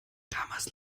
damals